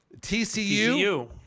TCU